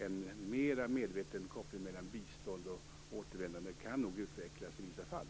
En mer medveten koppling mellan bistånd och återvändande kan nog utvecklas i vissa fall.